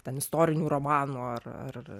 ten istorinių romanų ar ar